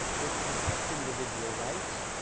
which protect individual rights,